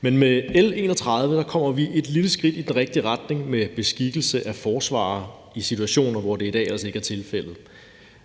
Men med L 31 kommer vi et lille skridt i den rigtige retning med beskikkelse af forsvarer i situationer, hvor det i dag ellers ikke er tilfældet.